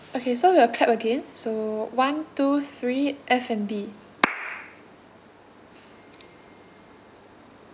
okay so we'll clap again so one two three F&B